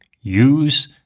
Use